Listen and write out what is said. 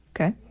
Okay